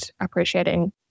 appreciating